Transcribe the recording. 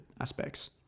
aspects